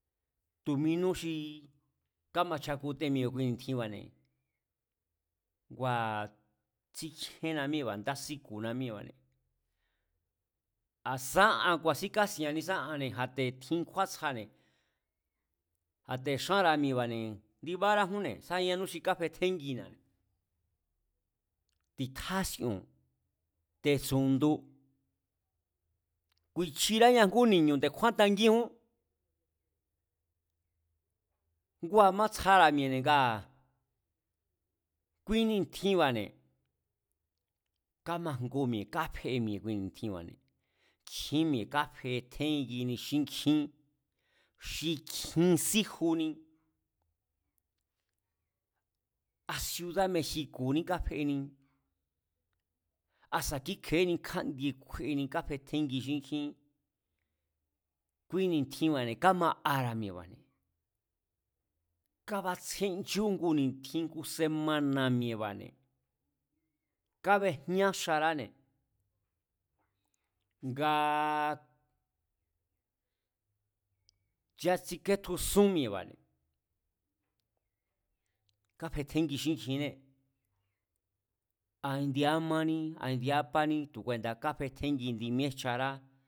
Tu̱minú xi kamachakuten mi̱e̱ kui ni̱tjinba̱ne̱, ngua̱ tsíkjíénna míée̱ba̱ ndá síku̱na míee̱ba̱ne̱, a̱ sá an ku̱a̱sín kási̱a̱n ni̱sá anne̱ a̱te̱ tjiiní kjúátsjane̱, a̱ te̱ xanra̱a mi̱e̱ba̱ne̱ ndibárájúnne̱ sá yanú xi káfetjénginabi̱, ti̱tjási̱o̱n, te̱tsu̱ndu, ku̱i̱chiráña ngú ni̱ñu̱ nde̱kju̱a̱ tangíjún, ngua̱ matsjara̱ mi̱e̱ne̱ ngaa̱ kui ni̱tjinba̱ne̱, kamangu mi̱e̱ kafe mi̱e̱ kui ni̱tjinba̱ne̱, nkjín mi̱e̱ kafetjéngini xínkjín, xi kjin síjuni, a ciudád mexico̱ní kafeni asa̱ kíkje̱éní kjandie kafeni káfetjéngi xínkjín, kui níntjinba̱ne̱ káma'ara̱ mi̱e̱ba̱ne̱, kábatsjenchú ngu ni̱tjin ngu semana̱ mi̱e̱ba̱ne̱, kábejñá xaráne̱ nga nchatsiketjusún mi̱e̱ba̱ne̱, kafetjéngi xínkjinee̱, a ndi ámání a indi ápaní tu̱ kuenda̱a kafetjéngi indi míejchará